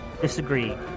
disagree